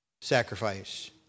sacrifice